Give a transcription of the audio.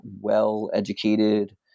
well-educated